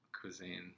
cuisine